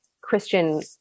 Christian